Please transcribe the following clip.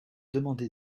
demandé